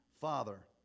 Father